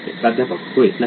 प्राध्यापक होय नक्कीच